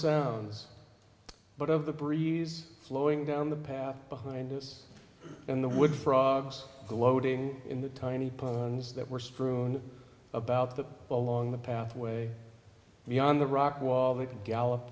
sounds but of the breeze flowing down the path behind us in the wood frogs the loading in the tiny ponds that were strewn about the along the pathway beyond the rock wall that gallop